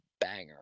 banger